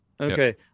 Okay